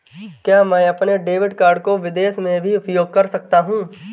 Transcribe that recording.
क्या मैं अपने डेबिट कार्ड को विदेश में भी उपयोग कर सकता हूं?